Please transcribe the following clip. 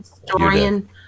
historian